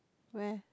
where